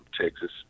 Texas